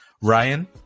Ryan